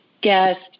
Guest